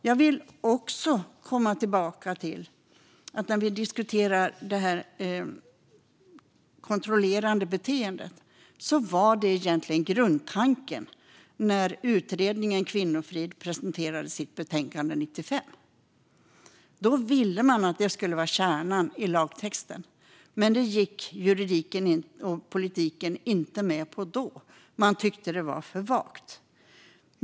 Jag vill komma tillbaka till att i diskussionen om kontrollerande beteende var grundtanken när betänkandet Kvinnofrid presenterades 1995 att frågan om kontrollerande beteende skulle vara kärnan i lagtexten, men det gick juridiken och politiken inte med på då. Man tyckte att det var för vagt.